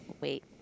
wait